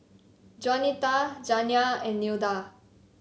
Juanita Janiah and Nilda